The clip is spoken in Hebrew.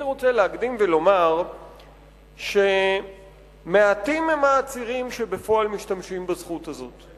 אני רוצה להקדים ולומר שמעטים הם העצירים שבפועל משתמשים בזכות הזאת.